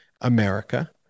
America